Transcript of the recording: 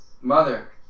Mother